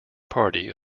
party